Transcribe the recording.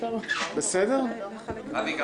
גם אין טעם לעשות מ-18:00 כי יש הפסקה ב-19:00.